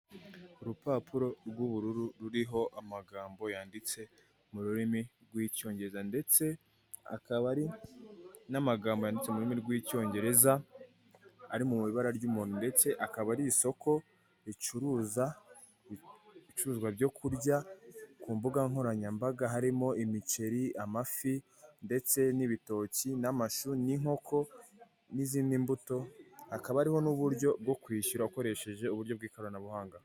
Urupapuro rw'ubururu, ruriho amagambo yanditse mu rurimi rw'icyongereza, ndestse akaba ari n'amagambo yanditse mu rurimi rw'icyongereza ari mu ibara ry'umuhondo, ndetse akaba ari isoko ricuruza ibicuruzwa byo kurya ku mbuga nkoranyambaga, harimo imiceri, n'amafi, ndetse n'ibitoki, n'amashu, n'inkoko n'izindi mbuto, hakaba hariho n'uburyo bwo kwishyura ukoresheje uburyo bw'ikoranabuhanga.